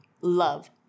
love